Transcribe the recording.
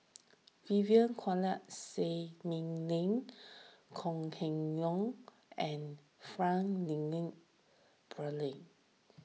Vivien Quahe Seah Lin Lin Kong Keng Yong and Frank